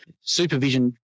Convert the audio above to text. Supervision